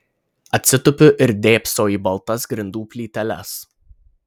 atsitupiu ir dėbsau į baltas grindų plyteles